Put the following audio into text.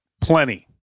plenty